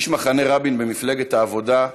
איש מחנה רבין במפלגת העבודה,